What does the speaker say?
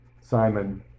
Simon